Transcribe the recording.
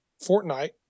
Fortnite